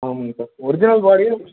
ஆமாங்க sir original பாடியே